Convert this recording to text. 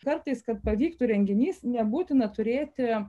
kartais kad pavyktų renginys nebūtina turėti